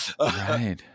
right